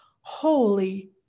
holy